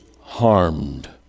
harmed